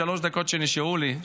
בשלוש הדקות שנשארו לי,